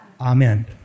Amen